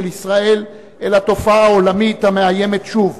ישראל אלא תופעה עולמית המאיימת שוב,